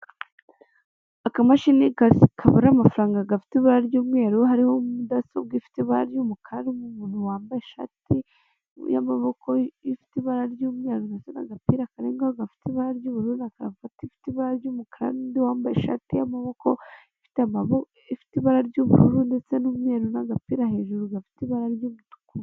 Akamashini kabara amafaranga gafite ibara ry'umweru hariho mudasobwa ifite ibara ry'umukara, harimo umuntu wambaye ishati y'amaboko ifite ibara ry'umweru ndetse n'agapira karengaho gafite ibara ry'ubururu na karuvati ifite ibara ry'umukara, wambaye ishati y'amaboko ifite ibara ry'ubururu, ndetse n'umweru n'agapira hejuru gafite ibara ry'umutuku.